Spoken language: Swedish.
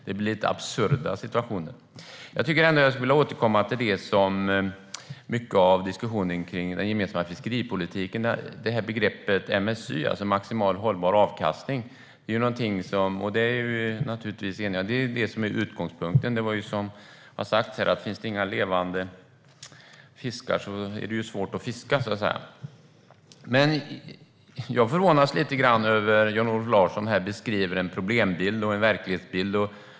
Det blir absurda situationer. Jag skulle vilja återkomma till det som mycket av diskussionen kring den gemensamma fiskeripolitiken handlar om. Det gäller begreppet MSY, maximal hållbar avkastning. Det är det som är utgångspunkten. Som det har sagts här: Finns det inga levande fiskar är det svårt att fiska. Men jag förvånas lite grann. Jan-Olof Larsson beskriver en problembild och en verklighetsbild.